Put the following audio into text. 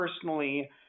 personally